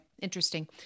Interesting